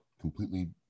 completely